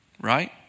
Right